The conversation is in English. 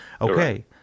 Okay